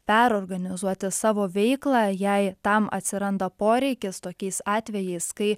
perorganizuoti savo veiklą jei tam atsiranda poreikis tokiais atvejais kai